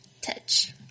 Touch